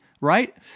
Right